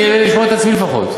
תני לי לשמוע את עצמי לפחות.